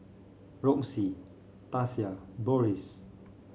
Roxie Tasia Boris